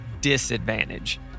disadvantage